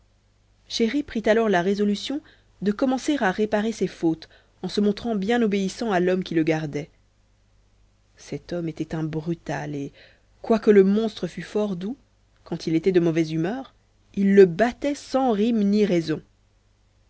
prit la résolution de commencer à réparer ses fautes en se montrant bien obéissant à l'homme qui le gardait cet homme était un brutal et quoique le monstre fût fort doux quand il était de mauvaise humeur il le battait sans rime ni raison